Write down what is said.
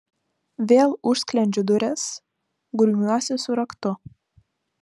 vėl užsklendžiu duris grumiuosi su raktu